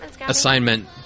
assignment